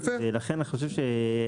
לכן אני חושב,